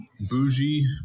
bougie